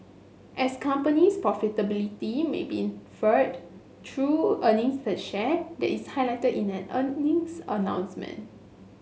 as company's profitability may be inferred through earnings per share that is highlighted in an earnings announcement